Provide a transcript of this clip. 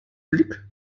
blick